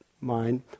mind